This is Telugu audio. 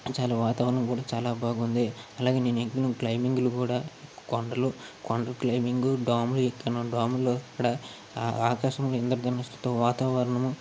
చాలా వాతావరణం కూడా చాలా బాగుంది అలాగే నేను ఎక్కిన క్లైంబింగ్లు కూడా కొండలు కొండల క్లైంబింగ్లు డామి డాములు ఇక్కడ ఆకాశంలో ఇంద్రధనస్సుతో వాతావరణము